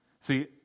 See